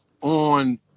on